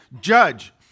judge